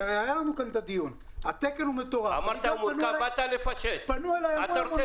התקן מטורף -- באת לפשט, אתה רוצה